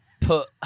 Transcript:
Put